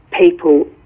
people